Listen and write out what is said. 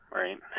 right